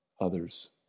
others